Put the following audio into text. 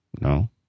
No